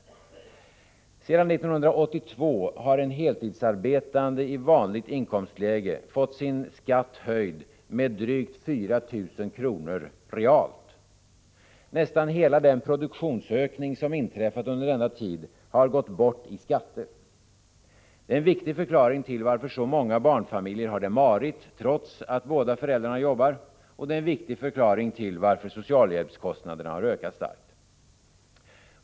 Sedan 1982 har en heltidsarbetande i vanligt inkomstläge fått sin skatt höjd med drygt 4 000 kr. realt. Nästan hela den produktionsökning som inträffat under denna tid har gått bort i skatter. Det är en viktig förklaring till varför så många barnfamiljer har det marigt, trots att båda föräldrarna jobbar. Och det är en viktig förklaring till varför socialhjälpskostnaderna ökat starkt.